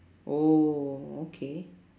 oh okay